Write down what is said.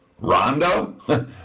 Rondo